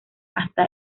hasta